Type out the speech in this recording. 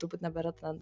turbūt nebėra ten